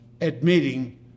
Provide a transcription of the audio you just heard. admitting